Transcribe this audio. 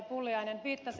pulliainen viittasi